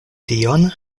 tion